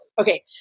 Okay